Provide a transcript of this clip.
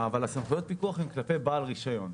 אבל סמכויות הפיקוח הן כלפי בעל רישיון.